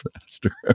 faster